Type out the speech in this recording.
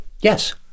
Yes